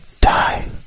Die